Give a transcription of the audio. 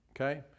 Okay